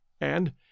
and